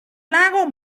lago